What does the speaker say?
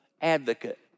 advocate